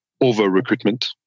over-recruitment